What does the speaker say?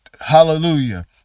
Hallelujah